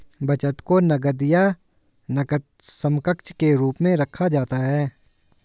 बचत को नकद या नकद समकक्ष के रूप में रखा जाता है